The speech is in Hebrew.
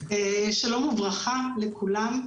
שלום וברכה לכולם.